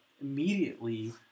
Immediately